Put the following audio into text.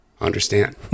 understand